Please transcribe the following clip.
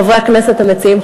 חברי הכנסת המציעים,